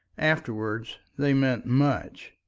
afterwards they meant much.